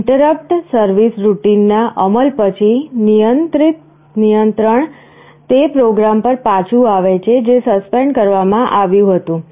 interrupt service routine ના અમલ પછી નિયંત્રણ તે પ્રોગ્રામ પર પાછું આવે છે જે સસ્પેન્ડ કરવામાં આવ્યું હતું